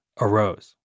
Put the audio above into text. arose